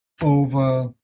over